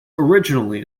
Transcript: originally